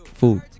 food